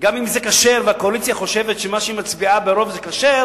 וגם אם זה כשר והקואליציה חושבת שמה שהיא מצביעה עליו ברוב הוא כשר,